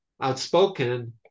outspoken